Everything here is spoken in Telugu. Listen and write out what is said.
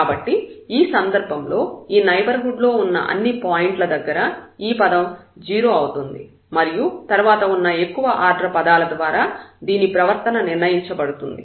కాబట్టి ఈ సందర్భంలో ఈ నైబర్హుడ్ లో ఉన్న అన్ని పాయింట్ల దగ్గర ఈ పదం 0 అవుతుంది మరియు తర్వాత ఉన్న ఎక్కువ ఆర్డర్ పదాల ద్వారా దీని ప్రవర్తన నిర్ణయించబడుతుంది